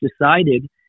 decided